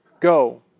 Go